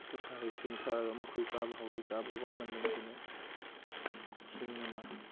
ꯄꯣꯊꯥꯔ ꯏꯁꯤꯡ ꯊꯛꯂꯒ ꯑꯃꯨꯛ ꯑꯩꯈꯣꯏ ꯀꯥꯕ ꯍꯧꯏ ꯀꯥꯕꯗ ꯋꯥꯃꯟꯕꯅ ꯑꯩꯈꯣꯏꯅ ꯁꯤꯡ ꯑꯃ